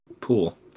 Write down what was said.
pool